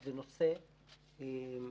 זה נושא כואב,